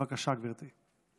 בבקשה, גברתי.